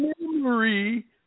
memory